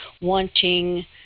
wanting